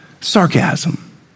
Sarcasm